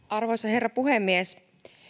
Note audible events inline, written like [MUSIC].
[UNINTELLIGIBLE] arvoisa herra puhemies